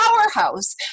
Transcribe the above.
powerhouse